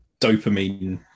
dopamine